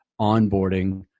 onboarding